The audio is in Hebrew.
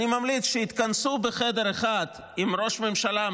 אני ממליץ שיתכנסו בחדר אחד עם ראש הממשלה,